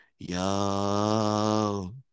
Yo